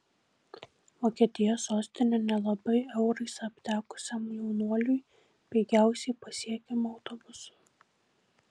vokietijos sostinė nelabai eurais aptekusiam jaunuoliui pigiausiai pasiekiama autobusu